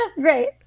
Great